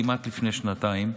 כמעט לפני שנתיים,